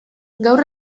gaur